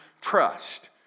trust